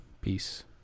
Peace